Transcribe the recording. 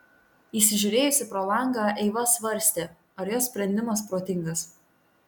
įsižiūrėjusi pro langą eiva svarstė ar jos sprendimas protingas